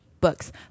books